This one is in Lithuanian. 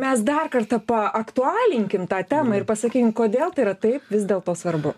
mes dar kartą paaktualinkim tą temą ir pasakykim kodėl tai yra taip vis dėlto svarbu